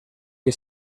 que